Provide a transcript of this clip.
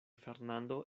fernando